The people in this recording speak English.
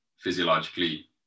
physiologically